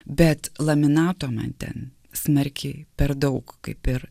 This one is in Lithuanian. bet laminato man ten smarkiai per daug kaip ir